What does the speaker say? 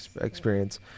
experience